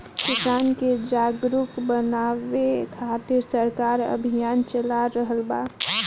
किसान के जागरुक बानवे खातिर सरकार अभियान चला रहल बा